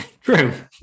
True